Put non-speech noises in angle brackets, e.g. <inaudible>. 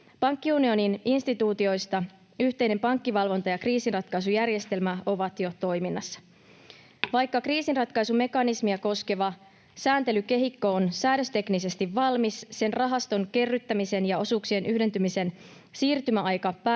Pankkiunionin instituutioista yhteinen pankkivalvonta ja kriisinratkaisujärjestelmä ovat jo toiminnassa. <noise> Vaikka kriisinratkaisumekanismia koskeva sääntelykehikko on säädösteknisesti valmis, sen rahaston kerryttämisen ja osuuksien yhdentymisen siirtymäaika päättyisi